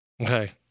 Okay